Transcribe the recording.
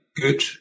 Good